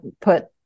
put